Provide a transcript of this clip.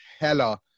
hella